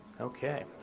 Okay